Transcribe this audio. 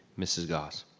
mrs. dass.